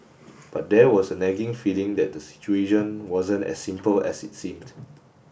but there was a nagging feeling that the situation wasn't as simple as it seemed